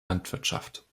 landwirtschaft